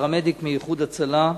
פרמדיק מ"איחוד הצלה"